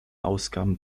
ausgaben